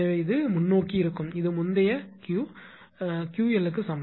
எனவே அது முன்னோக்கி இருக்கும் இது முந்தைய Q 𝑄𝑙 க்கு சமம்